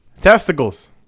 testicles